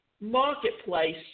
marketplace